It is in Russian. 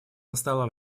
настало